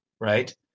right